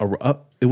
up